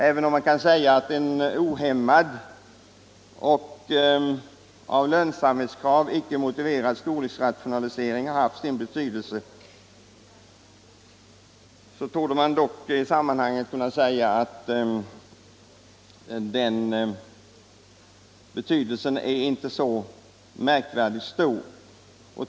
Även om en ohämmad och av lönsamhetsskäl ej motiverad storleksrationalisering har haft sin betydelse torde effekten härav inte ha varit särskilt stor.